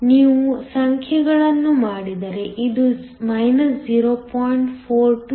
ಆದ್ದರಿಂದ ನೀವು ಸಂಖ್ಯೆಗಳನ್ನು ಮಾಡಿದರೆ ಇದು 0